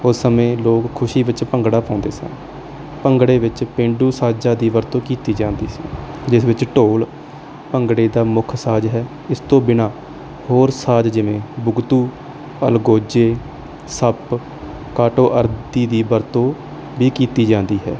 ਉਸ ਸਮੇਂ ਲੋਕ ਖੁਸ਼ੀ ਵਿੱਚ ਭੰਗੜਾ ਪਾਉਂਦੇ ਸਨ ਭੰਗੜੇ ਵਿੱਚ ਪੇਂਡੂ ਸਾਜ਼ਾਂ ਦੀ ਵਰਤੋਂ ਕੀਤੀ ਜਾਂਦੀ ਸੀ ਜਿਸ ਵਿੱਚ ਢੋਲ ਭੰਗੜੇ ਦਾ ਮੁੱਖ ਸਾਜ਼ ਹੈ ਇਸ ਤੋਂ ਬਿਨਾਂ ਹੋਰ ਸਾਜ਼ ਜਿਵੇਂ ਬੁਗਚੂ ਅਲਗੋਜ਼ੇ ਸੱਪ ਕਾਟੋ ਆਦਿ ਦੀ ਵਰਤੋਂ ਵੀ ਕੀਤੀ ਜਾਂਦੀ ਹੈ